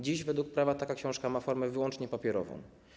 Dziś według prawa taka książka ma formę wyłącznie papierową.